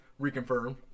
reconfirm